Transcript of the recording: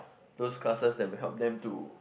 those classes that will help them to